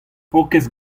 paourkaezh